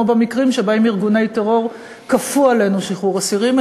כמו במקרים שבהם ארגוני טרור כפו עלינו שחרור אסירים,